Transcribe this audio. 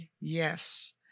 yes